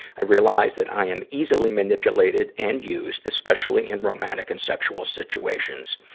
i realize that i am easily manipulated and used, especially in romantic and sexual situations.